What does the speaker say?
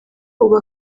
ubu